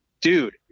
dude